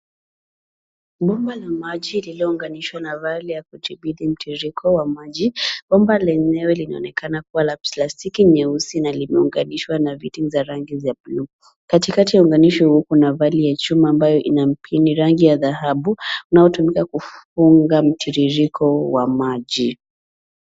Bomba la maji lililouganishwa na vali ya kudhibiti mtiririko wa maji. Bomba lenyewe linaonekana kuwa la plastiki nyeusi na limeuganishwa na vitu vya rangi ya buluu. Katikati ya unganisho, kuna vali ya chuma ambayo ina mpini, rangi ya dhahabu, unaotumika kufunga mtiririko wa maji.